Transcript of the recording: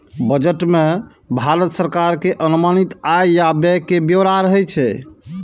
budget मे भारत सरकार के अनुमानित आय आ व्यय के ब्यौरा रहै छै